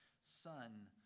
son